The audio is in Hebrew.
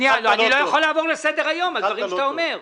אני לא יכול לעבור לסדר-היום על דברים שאתה אומר.